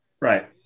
Right